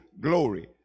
glory